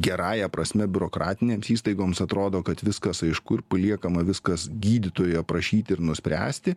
gerąja prasme biurokratinėms įstaigoms atrodo kad viskas aišku ir paliekama viskas gydytojo prašyti ir nuspręsti